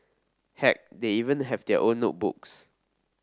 heck they even have their own notebooks